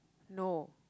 no